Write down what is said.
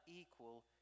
equal